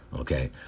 Okay